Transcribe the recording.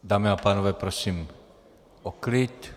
Dámy a pánové, prosím o klid!